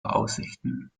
aussichten